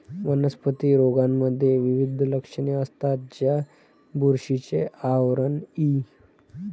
वनस्पती रोगांमध्ये विविध लक्षणे असतात, ज्यात बुरशीचे आवरण इ